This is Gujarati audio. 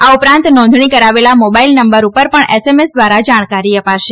આ ઉપરાંત નોંધણી કરાવેલા મોબાઈલ નંબર ઉપર પણ એસએમએસ દ્વારા જાણકારી અપાશે